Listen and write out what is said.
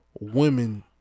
women